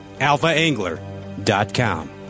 AlphaAngler.com